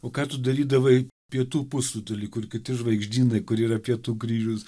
o ką tu darydavai pietų pusrutuly kur kiti žvaigždynai kur yra pietų kryžius